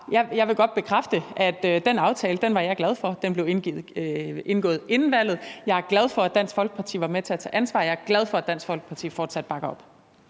jeg vil godt bekræfte, at den aftale var jeg glad for. Den blev indgået inden valget. Jeg er glad for, at Dansk Folkeparti var med til at tage ansvar, og jeg er glad for, at Dansk Folkeparti fortsat bakker op.